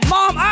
Mom